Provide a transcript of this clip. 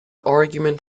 argument